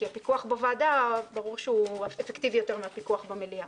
כי ברור שהפיקוח בוועדה אפקטיבי יותר מהפיקוח במליאה.